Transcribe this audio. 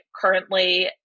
currently